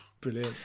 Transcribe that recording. Brilliant